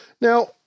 Now